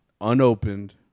unopened